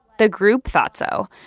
the group thought so.